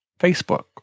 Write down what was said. Facebook